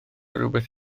rhywbeth